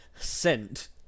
sent